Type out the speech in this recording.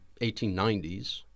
1890s